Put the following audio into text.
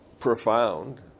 profound